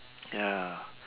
ya